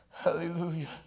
Hallelujah